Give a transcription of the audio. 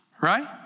right